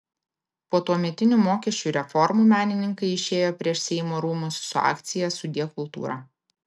po tuometinių mokesčių reformų menininkai išėjo prieš seimo rūmus su akcija sudie kultūra